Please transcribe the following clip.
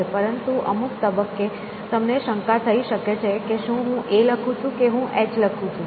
પરંતુ અમુક તબક્કે તમને શંકા થઇ શકે છે કે શું હું "A" લખું છું કે "H" લખું છું